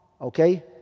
Okay